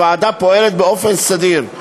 הוועדה פועלת באופן סדיר,